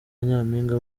nyaminga